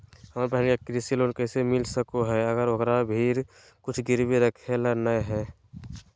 हमर बहिन के कृषि लोन कइसे मिल सको हइ, अगर ओकरा भीर कुछ गिरवी रखे ला नै हइ?